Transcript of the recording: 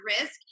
risk